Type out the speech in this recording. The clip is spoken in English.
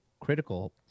critical